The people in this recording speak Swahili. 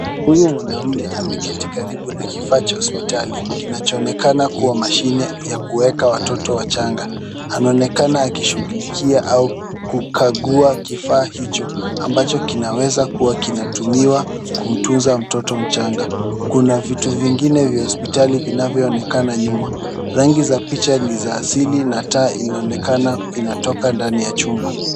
Huyu mwanamume ameketi karibu na kifaa cha hospitali kinachoonekana kuwa mashine ya kuweka watoto wachanga. Anaonekana akishughulikia au kukagua kifaa hicho ambacho kinaweza kuwa kinatumiwa kutunza mtoto mchanga. Kuna vitu vingine vya hospitali vinavyoonekana nyuma. Rangi za picha ni za asili na taa inaonekana inatoka ndani ya chumba.